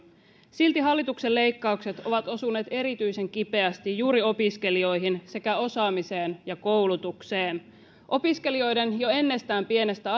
silti hallituksen leikkaukset ovat osuneet erityisen kipeästi juuri opiskelijoihin sekä osaamiseen ja koulutukseen opiskelijoiden jo ennestään pienestä